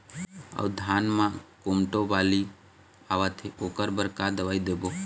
अऊ धान म कोमटो बाली आवत हे ओकर बर का दवई देबो?